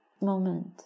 moment